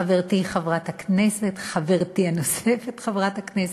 חברתי חברת הכנסת, חברתי הנוספת חברת הכנסת,